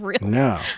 no